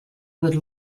would